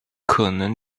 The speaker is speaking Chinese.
可能